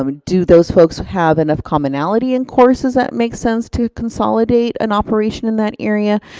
um do those folks have enough commonality in courses that makes sense to consolidate and operation in that area?